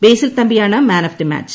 ബേസിൽ തമ്പിയാണ് man of the മാച്ച